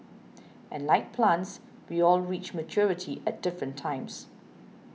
and like plants we all reach maturity at different times